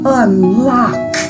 unlock